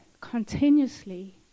continuously